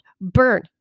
burn